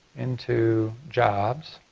into jobs.